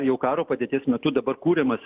jau karo padėties metu dabar kuriamas